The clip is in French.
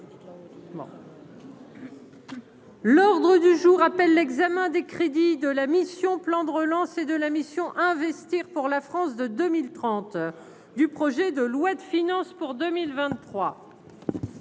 L'ordre du jour appelle l'examen des crédits de la mission, plan de relance et de la mission investir pour la France de 2030 du projet de loi de finances pour 2023.